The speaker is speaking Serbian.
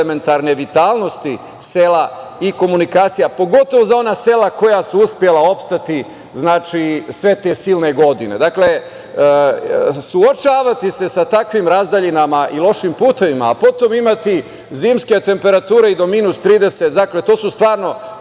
elementarne vitalnosti sela i komunikacija, pogotovo za ona sela koja su uspela opstati sve te silne godine. Dakle, suočavati se sa takvim razdaljinama i lošim putevima, a potom imati zimske temperature i do minus 30, dakle, to su stvarno